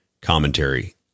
commentary